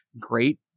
great